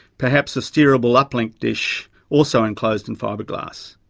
perhaps a steerable uplink dish also enclosed in fibreglass.